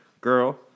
Girl